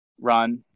run